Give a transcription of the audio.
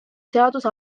seaduse